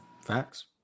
Facts